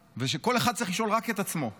שכל אחד צריך לשאול רק את עצמו היא: